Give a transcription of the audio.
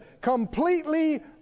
Completely